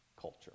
culture